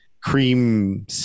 cream